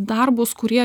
darbus kurie